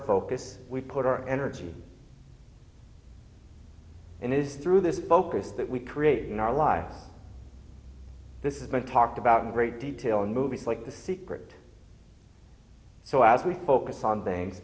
focus we put our energy and it is through this focus that we create in our life this is been talked about in great detail in movies like the secret so as we focus on things